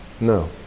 No